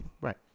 Right